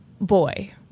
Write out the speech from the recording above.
Boy